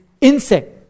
insect